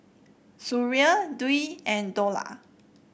Suria Dwi and Dollah